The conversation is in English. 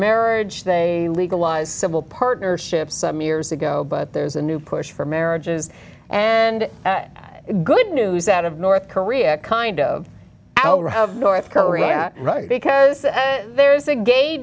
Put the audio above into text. marriage they legalize civil partnerships some years ago but there's a new push for marriages and good news out of north korea kind of our have north korea that right because there is a ga